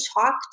talk